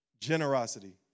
Generosity